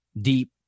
deep